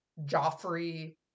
Joffrey